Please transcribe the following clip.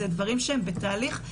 אלה דברים שהם בתהליך,